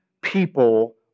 people